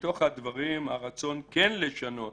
הדברים הרצון כן לשנות